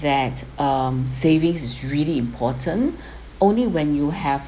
that um savings is really important only when you have